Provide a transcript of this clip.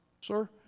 Sir